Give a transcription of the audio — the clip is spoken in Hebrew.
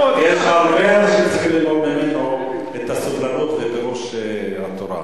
הרבה אנשים צריכים ללמוד ממנו סובלנות ואת פירוש התורה.